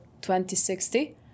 2060